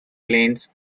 planes